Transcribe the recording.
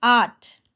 आठ